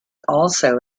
also